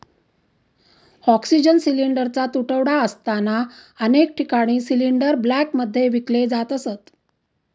oxygen सिलिंडरचा तुटवडा असताना अनेक ठिकाणी सिलिंडर ब्लॅकमध्ये विकले जात असत